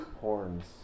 Horns